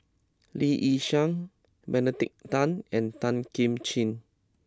Lee Yi Shyan Benedict Tan and Tan Kim Ching